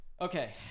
Okay